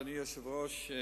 אדוני היושב-ראש,